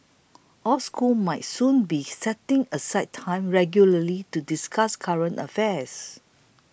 all schools might soon be setting aside time regularly to discuss current affairs